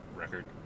record